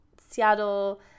Seattle